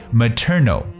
maternal